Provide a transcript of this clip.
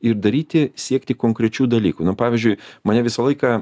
ir daryti siekti konkrečių dalykų na pavyzdžiui mane visą laiką